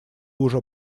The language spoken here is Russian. уже